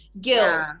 guilt